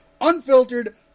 Unfiltered